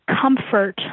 comfort